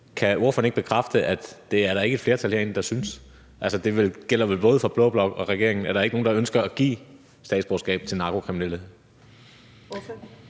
kan ordføreren ikke bekræfte, at det er der ikke et flertal herinde der mener? Altså, det gælder vel både for blå blok og regeringen, at der ikke er nogen, der ønsker at give statsborgerskab til narkokriminelle.